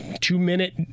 two-minute